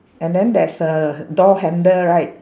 and then there's a door handle right